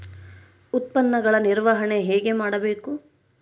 ಉತ್ಪನ್ನಗಳ ನಿರ್ವಹಣೆ ಹೇಗೆ ಮಾಡಬೇಕು?